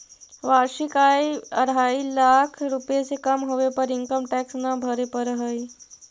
वार्षिक आय अढ़ाई लाख रुपए से कम होवे पर इनकम टैक्स न भरे पड़ऽ हई